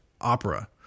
opera